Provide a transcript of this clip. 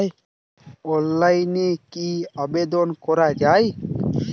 অনলাইনে কি আবেদন করা য়ায়?